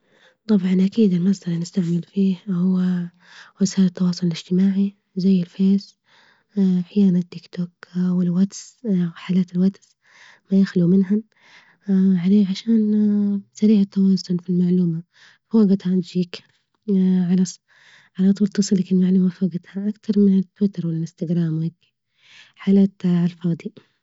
طبعا أكيد المصدر اللي نستعمل فيه هو وسائل التواصل الإجتماعي زي الفيس أحيانا التيكتوك والواتس حالات الواتس لا يخلو منهم عليه؟ عشان سريع التواصل في المعلومة فوجتها تجيك على ص على طول تصلك المعلومة في وجتها أكتر من التويتر والإنستجرام وهيك، حالات عالفاضي.